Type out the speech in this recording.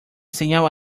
señal